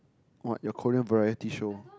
what your Korean variety show